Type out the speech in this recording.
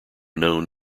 known